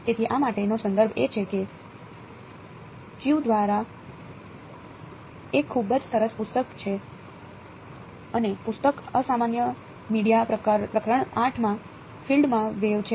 તેથી આ માટેનો સંદર્ભ એ છે કે ચ્યુ દ્વારા આ એક ખૂબ જ સરસ પુસ્તક છે અને પુસ્તક અસામાન્ય મીડિયા પ્રકરણ 8 માં ફીલ્ડમાં વેવ છે